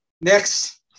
next